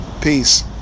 peace